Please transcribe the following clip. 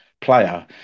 player